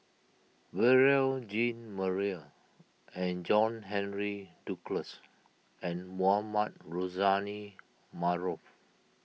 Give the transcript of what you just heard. Beurel Jean Marie and John Henry Duclos and Mohamed Rozani Maarof